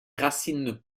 racines